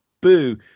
boo